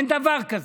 אין דבר כזה.